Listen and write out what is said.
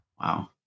Wow